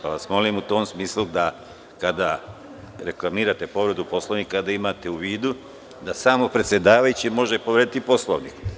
Zato vas molim u tom smislu da kada reklamirate povredu Poslovnika, imate u vidu da samo predsedavajući može povrediti Poslovnik.